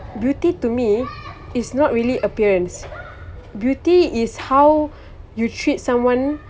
beauty to me is not really appearance beauty is how you treat someone